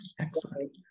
excellent